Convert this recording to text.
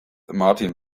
martin